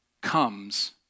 comes